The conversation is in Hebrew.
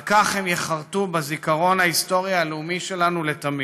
על כך הם ייחרתו בזיכרון ההיסטורי הלאומי שלנו לתמיד.